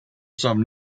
some